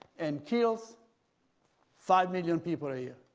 and kills five million people year.